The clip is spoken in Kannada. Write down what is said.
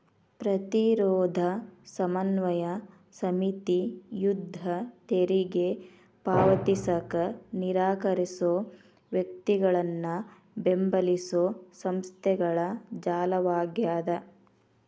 ಪ್ರತಿರೋಧ ಸಮನ್ವಯ ಸಮಿತಿ ಯುದ್ಧ ತೆರಿಗೆ ಪಾವತಿಸಕ ನಿರಾಕರ್ಸೋ ವ್ಯಕ್ತಿಗಳನ್ನ ಬೆಂಬಲಿಸೊ ಸಂಸ್ಥೆಗಳ ಜಾಲವಾಗ್ಯದ